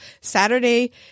Saturday